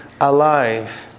Alive